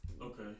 Okay